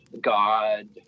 god